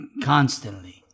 constantly